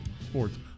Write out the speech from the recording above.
sports